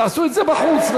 תעשו את זה בחוץ,